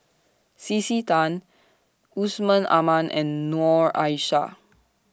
C C Tan Yusman Aman and Noor Aishah